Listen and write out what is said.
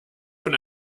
von